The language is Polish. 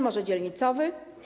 Może dzielnicowy?